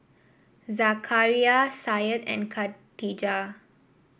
Zakaria Syed and Katijah